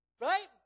right